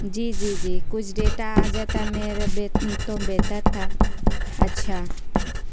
جی جی جی کچھ ڈیٹا آ جاتا میرا تو بہتر تھا اچھا